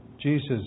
Jesus